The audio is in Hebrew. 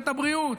את הבריאות.